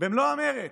במלוא המרץ.